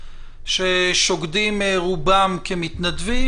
ששוקדים רובם כמתנדבים,